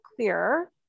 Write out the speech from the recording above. clear